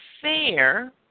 fair